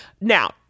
Now